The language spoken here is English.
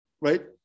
right